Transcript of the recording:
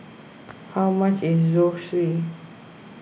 how much is Zosui